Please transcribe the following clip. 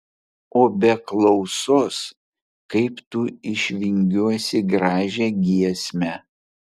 o be klausos kaip tu išvingiuosi gražią giesmę